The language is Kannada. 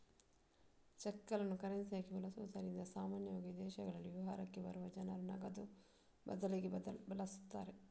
ಚೆಕ್ಗಳನ್ನು ಕರೆನ್ಸಿಯಾಗಿ ಬಳಸುತ್ತಿದ್ದುದರಿಂದ ಸಾಮಾನ್ಯವಾಗಿ ವಿದೇಶಗಳಲ್ಲಿ ವಿಹಾರಕ್ಕೆ ಬರುವ ಜನರು ನಗದು ಬದಲಿಗೆ ಬಳಸುತ್ತಾರೆ